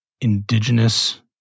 indigenous